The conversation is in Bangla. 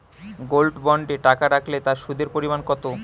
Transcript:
গোল্ড বন্ডে টাকা রাখলে তা সুদের পরিমাণ কত?